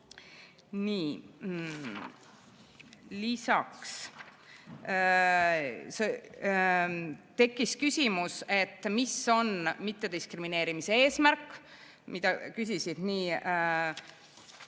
Nii. Lisaks tekkis küsimus, mis on mittediskrimineerimise eesmärk, mida küsisid nii